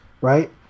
right